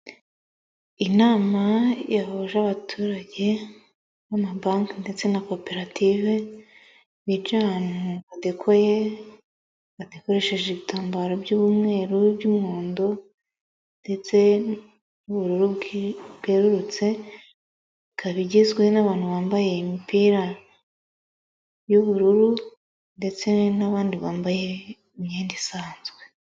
Inama yahuje abaturage b'amabanki ndetse na koperative, bicaye ahantu hadekoye, badakoresheje ibitambaro by'umweru, iby'umuhondo ndetse n'ubururu bwerurutse, ikaba igizwe n'abantu bambaye imipira y'ubururu ndetse n'abandi bambaye imyenda isanzwe.